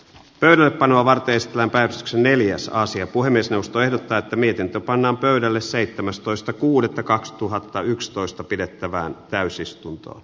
töölöpanoa varten se pääsis xa neljäs ja puhemiesneuvosto ehdottaa mitä pannaan pöydälle seitsemästoista kuudetta kaksituhattayksitoista pidettävään täysistuntoon